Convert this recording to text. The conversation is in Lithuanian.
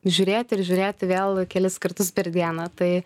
žiūrėti ir žiūrėti vėl kelis kartus per dieną tai